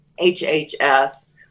HHS